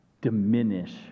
diminish